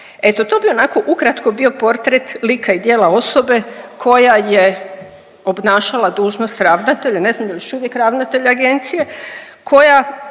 Eto to bi onako ukratko bio portret lika i djela osobe koja je obnašala dužnost ravnatelja, ne znam dal je još uvijek ravnatelj agencije